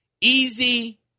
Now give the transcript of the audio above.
easy